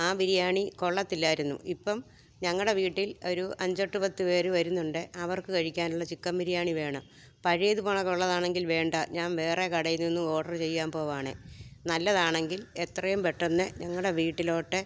ആ ബിരിയാണി കൊള്ളത്തില്ലായിരുന്നു ഇപ്പോള് ഞങ്ങളുടെ വീട്ടിൽ ഒരു അഞ്ചെട്ടുപത്തുപേരു വരുന്നുണ്ട് അവർക്ക് കഴിക്കാനുള്ള ചിക്കൻ ബിരിയാണി വേണം പഴേതുപോണക്കുള്ളതാണെങ്കിൽ വേണ്ട ഞാൻ വേറെ കടയില്നിന്നു ഓഡര് ചെയ്യാൻ പോവാണെ നല്ലതാണെങ്കിൽ എത്രയും പെട്ടെന്ന് ഞങ്ങളുടെ വീട്ടിലോട്ട്